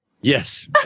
Yes